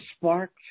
sparked